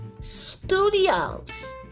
Studios